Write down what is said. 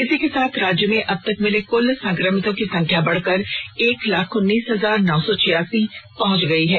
इसी के साथ राज्य में अब तक मिले कुल संक्रमितों की संख्या बढ़कर एक लाख उन्नीस हजार नौ सौ छियासी पहुंच गई है